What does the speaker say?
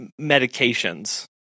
medications